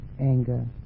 anger